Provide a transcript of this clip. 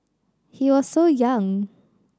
he was so young